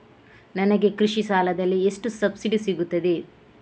ನನಗೆ ಕೃಷಿ ಸಾಲದಲ್ಲಿ ಎಷ್ಟು ಸಬ್ಸಿಡಿ ಸೀಗುತ್ತದೆ?